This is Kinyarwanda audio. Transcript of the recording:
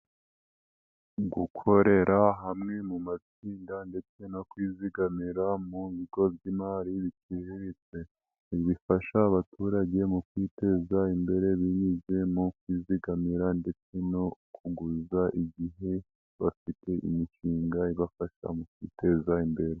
Gukorera hamwe mu matsinda ndetse no kwizigamira mu bigo by'imari biciriritse, bifasha abaturage mu kwiteza imbere binyuze mu kwizigamira ndetse no kuguza igihe bafite imishinga ibafasha mu kwiteza imbere.